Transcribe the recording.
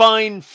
Fine